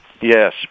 Yes